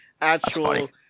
actual